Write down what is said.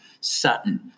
Sutton